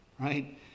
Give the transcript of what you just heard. right